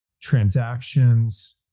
transactions